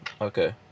Okay